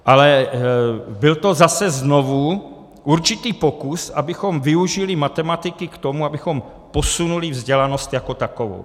Ale byl to zase znovu určitý pokus, abychom využili matematiky k tomu, abychom posunuli vzdělanost jako takovou.